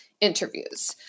interviews